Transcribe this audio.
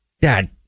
dad